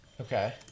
Okay